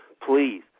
please